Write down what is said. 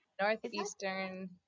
northeastern